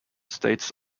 states